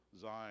Zion